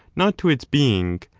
not to its being,